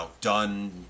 done